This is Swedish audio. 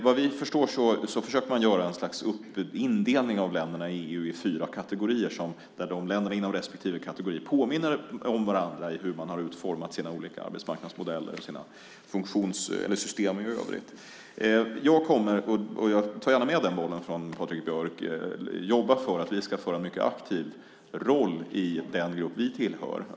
Vad vi förstår försöker man göra ett slags indelning av länderna i EU i fyra kategorier, där länderna inom respektive kategori påminner om varandra när det gäller hur man har utformat sina olika arbetsmarknadsmodeller och sina system i övrigt. Jag kommer - jag tar gärna med den bollen från Patrik Björck - att jobba för att vi ska ha en mycket aktiv roll i den grupp vi tillhör.